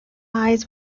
eyes